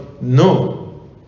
No